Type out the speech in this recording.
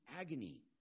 agony